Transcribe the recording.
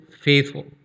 faithful